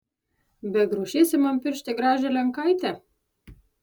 beg ruošiesi man piršti gražią lenkaitę